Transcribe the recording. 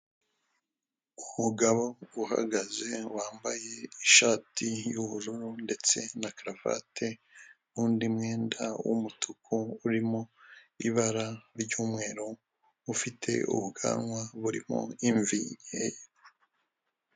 Umugabo uhagaze, wambaye ishati y'ubururu ndetse na karavate, n'undi mwenda w'umutuku urimo ibara ry'umweru, ufite ubwanwa burimo imvi nkeya.